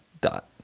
dot